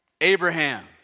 Abraham